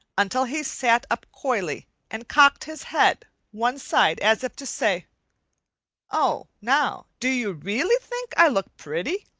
until he sat up coyly and cocked his head one side as if to say oh, now, do you really think i look pretty?